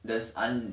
there's un~